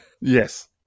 Yes